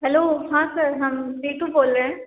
hello हाँ sir हाँ हम नीतू बोल रहे हैं